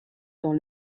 dans